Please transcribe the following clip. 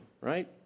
right